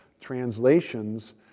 translations